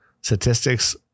statistics